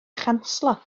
chanslo